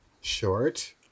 short